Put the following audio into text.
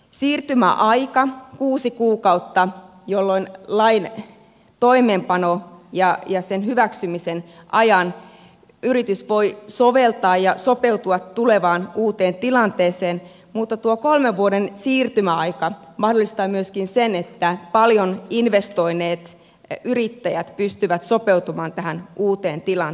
siirtymäaika on kuusi kuukautta jolloin lain toimeenpanon ja sen hyväksymisen välisen ajan yritys voi soveltaa ja sopeutua tulevaan uuteen tilanteeseen mutta tuo kolmen vuoden siirtymäaika mahdollistaa myöskin sen että paljon investoineet yrittäjät pystyvät sopeutumaan tähän uuteen tilanteeseen